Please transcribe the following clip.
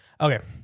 Okay